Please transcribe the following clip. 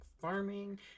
farming